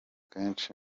kenshi